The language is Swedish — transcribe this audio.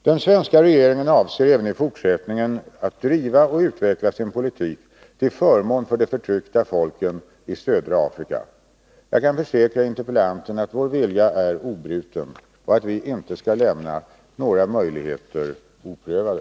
Den svenska regeringen avser även i fortsättningen att driva och utveckla sin politik till förmån för de förtryckta folken i södra Afrika. Jag kan försäkra interpellanten att vår vilja är obruten och att vi inte skall lämna några möjligheter oprövade.